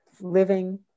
living